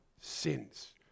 sins